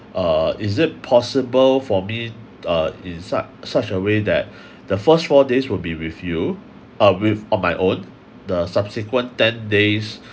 uh is it possible for me uh in suc~ such a way that the first four days will be with you uh with on my own the subsequent ten days